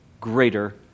greater